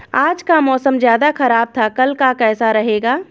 आज का मौसम ज्यादा ख़राब था कल का कैसा रहेगा?